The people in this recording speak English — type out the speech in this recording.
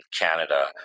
Canada